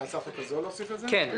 כן.